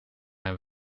mijn